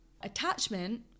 Attachment